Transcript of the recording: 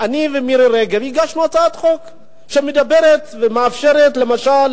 אני ומירי רגב הגשנו הצעת חוק שמדברת ומאפשרת למשל